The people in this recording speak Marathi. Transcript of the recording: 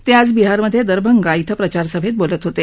ते आज बिहारमधे दरभंगा ध्वे प्रचारसभेत बोलत होते